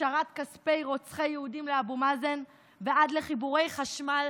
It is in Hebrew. הפשרת כספי רוצחי יהודים לאבו מאזן ועד לחיבורי חשמל